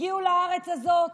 הגיעו לארץ הזאת,